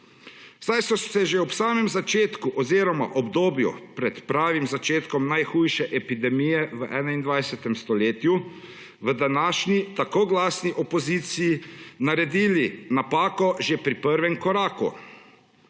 saj so se že ob samem začetku oziroma obdobju pred pravim začetkom najhujše epidemije v 21. stoletju v današnji, tako glasni, opoziciji naredili napako že pri prvem koraku.